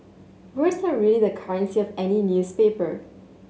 words are really the currency of any newspaper